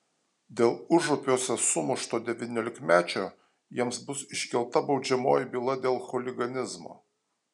dėl užupiuose sumušto devyniolikmečio jiems bus iškelta baudžiamoji byla dėl chuliganizmo